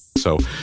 so